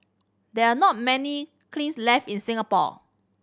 there are not many kilns left in Singapore